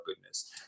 goodness